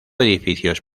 edificios